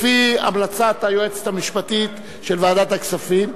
לפי המלצת היועצת המשפטית של ועדת הכספים,